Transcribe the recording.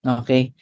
okay